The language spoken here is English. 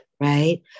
right